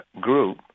group